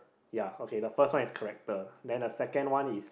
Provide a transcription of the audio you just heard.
ya okay the first one is correct the then the second one is